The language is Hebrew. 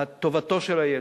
טובתו של הילד.